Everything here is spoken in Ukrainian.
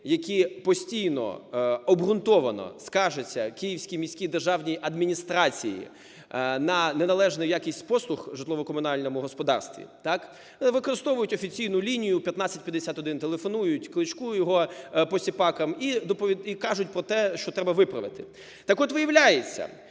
які постійно обґрунтовано скаржаться Київській міській державній адміністрації на неналежну якість послуг в житлово-комунальному господарстві, так, вони використовують офіційну лінію 1551, телефонують Кличку, його посіпакам і кажуть про те, що треба виправити. Так от, виявляється,